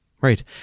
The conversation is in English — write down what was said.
Right